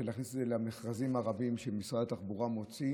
להכניס את זה למכרזים הרבים שמשרד התחבורה מוציא